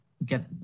Get